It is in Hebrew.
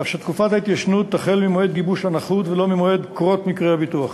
כך שתקופת ההתיישנות תחל ממועד גיבוש הנכות ולא ממועד קרות מקרה הביטוח.